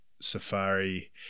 safari